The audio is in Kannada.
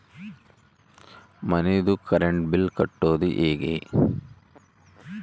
ಮನಿದು ಕರೆಂಟ್ ಬಿಲ್ ಕಟ್ಟೊದು ಹೇಗೆ?